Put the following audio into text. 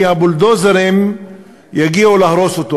כי הבולדוזרים יגיעו להרוס אותו,